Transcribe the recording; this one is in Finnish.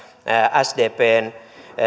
sdpn